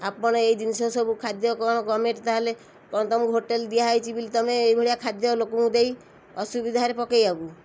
ଆପଣ ଏଇ ଜିନିଷ ସବୁ ଖାଦ୍ୟ କ'ଣ ଗଭର୍ଣ୍ଣମେଣ୍ଟ ତାହେଲେ କଣ ତମକୁ ହୋଟେଲ୍ ଦିଆହେଇଛି ବୋଲି ତମେ ଏଇଭଳିଆ ଖାଦ୍ୟ ଲୋକଙ୍କୁ ଦେଇ ଅସୁବିଧାରେ ପକେଇବାକୁ